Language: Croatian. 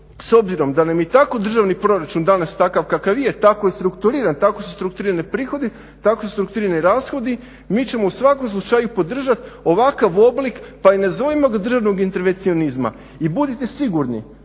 s obzirom da nam je i tako državni proračun danas takav kakav je tako je strukturiran, tako su strukturirani prihodi, tako su strukturirani rashodi, mi ćemo u svakom slučaju podržati ovakav oblik pa i nazovimo ga državnog intervencionizma. I budite sigurni